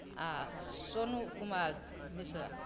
आ सोनू कुमार मिश्रा